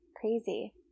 crazy